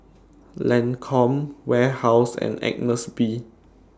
Lancome Warehouse and Agnes B